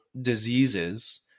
diseases